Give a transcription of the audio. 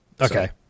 Okay